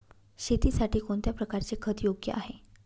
शेतीसाठी कोणत्या प्रकारचे खत योग्य आहे?